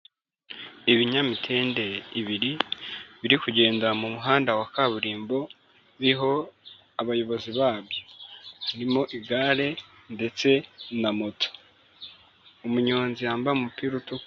Ibinyamitende ibiri biri kugenda mu muhanda wa kaburimbo, biriho abayobozi babyo, harimo igare ndetse na moto, umunyonzi yambaye umupira utukura.